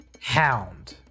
hound